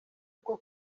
bwo